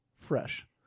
fresh